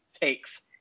takes